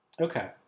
okay